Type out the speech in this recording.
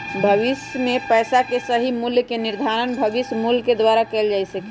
भविष्य में पैसा के सही मूल्य के निर्धारण भविष्य मूल्य के द्वारा कइल जा सका हई